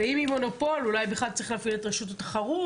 ואם היא מונופול אולי בכלל צריך להפעיל את רשות התחרות.